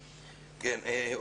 כן.